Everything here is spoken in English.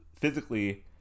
physically